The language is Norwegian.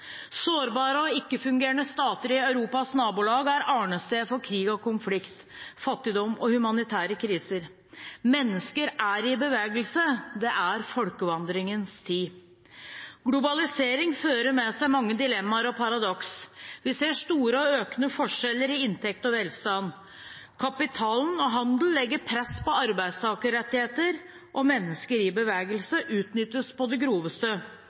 Sårbare og ikke-fungerende stater i Europas nabolag er arnested for krig og konflikt, fattigdom og humanitære kriser. Mennesker er i bevegelse – det er folkevandringens tid. Globalisering fører med seg mange dilemmaer og paradokser. Vi ser store og økende forskjeller i inntekter og velstand. Kapitalen og handelen legger press på arbeidstakerrettigheter, og mennesker i bevegelse utnyttes på det groveste.